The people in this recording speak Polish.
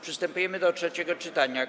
Przystępujemy do trzeciego czytania.